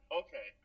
okay